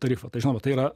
tarifą tai žinoma tai yra